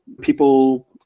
people